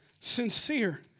sincere